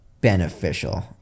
beneficial